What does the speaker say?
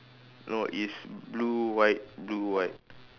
no it's blue white blue white